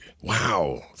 wow